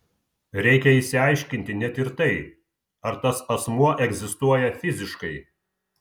reikia išsiaiškinti net ir tai ar tas asmuo egzistuoja fiziškai